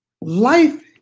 life